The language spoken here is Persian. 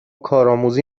کارآموزی